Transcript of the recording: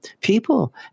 people